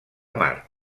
mar